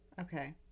Okay